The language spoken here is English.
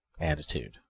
attitude